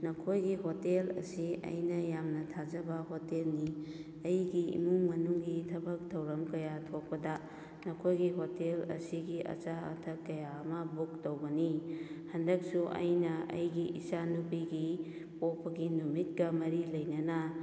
ꯅꯈꯣꯏꯒꯤ ꯍꯣꯇꯦꯜ ꯑꯁꯤ ꯑꯩꯅ ꯌꯥꯝꯅ ꯊꯥꯖꯕ ꯍꯣꯇꯦꯜꯅꯤ ꯑꯩꯒꯤ ꯏꯃꯨꯡ ꯃꯅꯨꯡꯒꯤ ꯊꯕꯛ ꯊꯧꯔꯝ ꯀꯌꯥ ꯊꯣꯛꯄꯗ ꯅꯈꯣꯏꯒꯤ ꯍꯣꯇꯦꯜ ꯑꯁꯤꯒꯤ ꯑꯆꯥ ꯑꯊꯛ ꯀꯌꯥ ꯑꯃ ꯕꯨꯛ ꯇꯧꯕꯅꯤ ꯍꯟꯗꯛꯁꯨ ꯑꯩꯅ ꯑꯩꯒꯤ ꯏꯆꯥ ꯅꯨꯄꯤꯒꯤ ꯄꯣꯛꯄꯒꯤ ꯅꯨꯃꯤꯠꯀ ꯃꯔꯤ ꯂꯩꯅꯅ